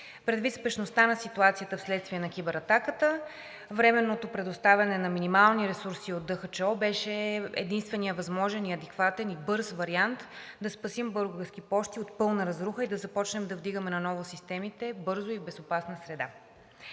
Предвид спешността на ситуацията вследствие на кибератаката временното предоставяне на минимални ресурси от ДХЧО беше единственият възможен, адекватен и бърз вариант да спасим „Български пощи“ от пълна разруха и да започнем да вдигаме наново системите бързо и в безопасна среда.